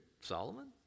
Solomon